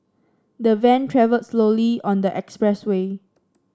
the van travelled slowly on the expressway